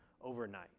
overnight